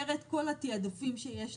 סיכמנו עם המשרד שכל התקנים שייעדו עכשיו,